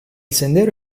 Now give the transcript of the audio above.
sendero